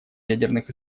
ядерных